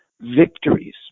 victories